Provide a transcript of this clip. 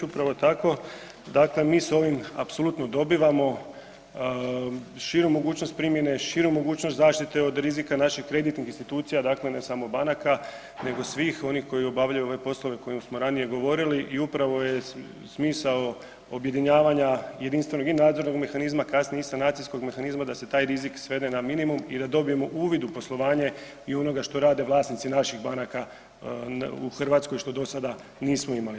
Upravo tako, dakle mi s ovim apsolutno dobivamo širu mogućnost primjene, širu mogućnost zaštite od rizika naših kreditnih institucija, dakle ne samo banaka, nego svih onih koji obavljaju ove poslove o kojima smo ranije govorili i upravo je smisao objedinjavanja jedinstvenog i nadzornog mehanizma, kasnije i sanacijskog mehanizma, da se taj rizik svede na minimum i da dobijemo uvid u poslovanje i onoga što rade vlasnici naših banaka u Hrvatskoj, što dosada nismo imali.